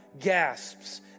gasps